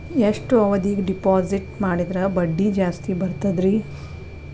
ಎಷ್ಟು ಅವಧಿಗೆ ಡಿಪಾಜಿಟ್ ಮಾಡಿದ್ರ ಬಡ್ಡಿ ಜಾಸ್ತಿ ಬರ್ತದ್ರಿ?